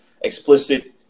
explicit